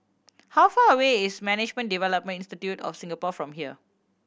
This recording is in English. how far away is Management Development Institute of Singapore from here